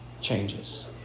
changes